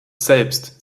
selbst